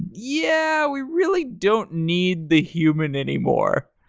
yeah, we really don't need the human anymore.